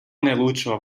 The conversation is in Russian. наилучшего